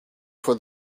for